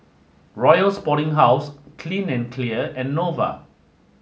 Royal Sporting House Clean and Clear and Nova